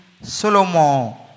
Solomon